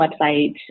website